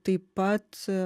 taip pat